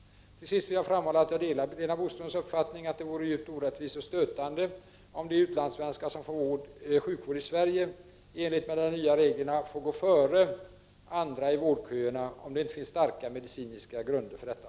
Till sist vill jag framhålla att jag delar Lena Boströms uppfattning att det vore djupt orättvist och stötande om de utlandssvenskar som får sjukvård i Sverige i enlighet med de nya reglerna får gå före andra i vårdköerna om det inte finns starka medicinska grunder för detta.